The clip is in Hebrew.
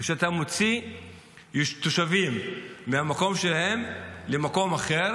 כשאתה מוציא תושבים מהמקום שלהם למקום אחר